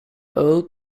old